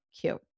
cute